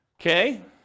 Okay